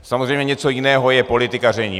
Samozřejmě něco jiného je politikaření.